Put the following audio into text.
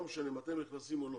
לא משנה אם אתם נכנסים או לא,